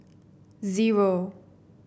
zero